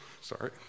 Sorry